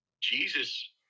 jesus